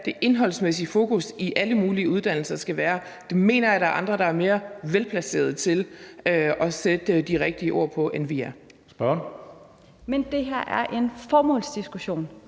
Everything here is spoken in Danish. hvad det indholdsmæssige fokus i alle mulige uddannelser skal være. Det mener jeg at der er andre der er mere velplacerede til at sætte de rigtige ord på, end vi er. Kl. 14:47 Tredje næstformand (Karsten